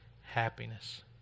happiness